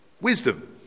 Wisdom